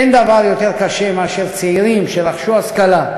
אין דבר יותר קשה מאשר צעירים שרכשו השכלה,